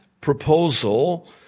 proposal